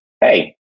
Hey